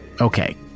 Okay